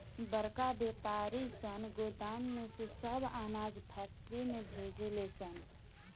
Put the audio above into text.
बड़का वायपारी सन गोदाम में से सब अनाज फैक्ट्री में भेजे ले सन